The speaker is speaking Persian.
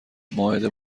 مائده